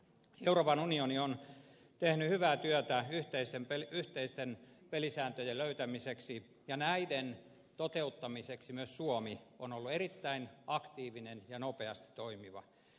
euroopan unioni on tehnyt hyvää työtä yhteisten pelisääntöjen löytämiseksi ja näiden toteuttamiseksi myös suomi on ollut erittäin aktiivinen ja nopeasti toimiva